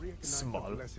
Small